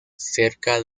cerca